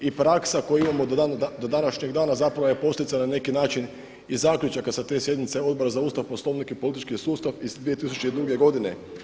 I praksa koju imamo do današnjeg dana zapravo je posljedica na neki način i zaključaka sa te sjednice Odbora za Ustav, Poslovnik i politički sustav iz 2002. godine.